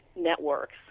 networks